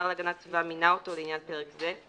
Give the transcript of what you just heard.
להגנת הסביבה מינה אותו לעניין פרק זה,